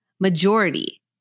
Majority